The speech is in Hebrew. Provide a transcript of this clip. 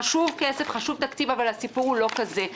חשוב כסף, חשוב תקציב, אבל הסיפור הוא לא רק כזה.